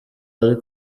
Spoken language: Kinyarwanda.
ari